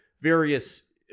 various